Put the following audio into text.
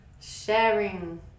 sharing